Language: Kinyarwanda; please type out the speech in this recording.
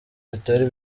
bitari